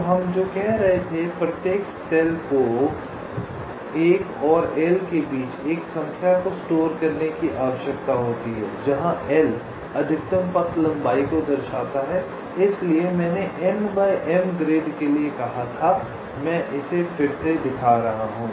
तो हम जो कह रहे थे कि प्रत्येक सेल को 1 और L के बीच एक संख्या को स्टोर करने की आवश्यकता होती है जहाँ L अधिकतम पथ लंबाई को दर्शाता है इसलिए मैंने N by M ग्रिड के लिए कहा था मैं इसे फिर से दिखा रहा हूँ